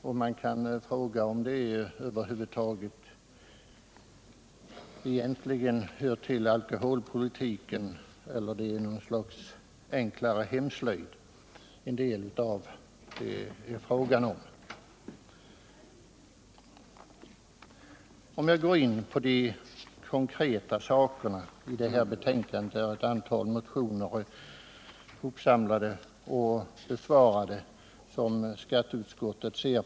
och man kan fråga sig om det egentligen hör till alkoholpolitiken eller om det är något slags enklare hemslöjd. Jag skall gå in på de konkreta sakerna i betänkandet där skatteutskottet behandlat ett antal motioner.